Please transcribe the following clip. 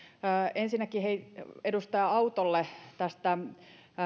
ensinnäkin edustaja autolle tästä